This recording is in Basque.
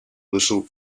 duzu